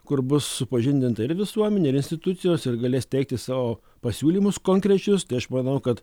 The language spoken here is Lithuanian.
kur bus supažindinta ir visuomenė ir institucijos ir galės teikti savo pasiūlymus konkrečius tai aš manau kad